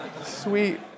sweet